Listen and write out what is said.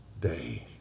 day